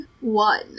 one